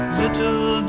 little